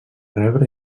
rebre